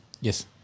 yes